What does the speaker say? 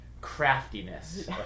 craftiness